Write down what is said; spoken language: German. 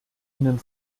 ihnen